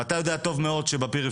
ואתה יודע טוב מאוד שבפריפריה,